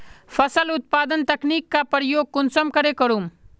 फसल उत्पादन तकनीक का प्रयोग कुंसम करे करूम?